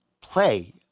play